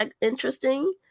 interesting